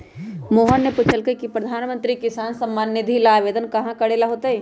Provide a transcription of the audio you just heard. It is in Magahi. मोहन ने पूछल कई की प्रधानमंत्री किसान सम्मान निधि ला कहाँ आवेदन करे ला होतय?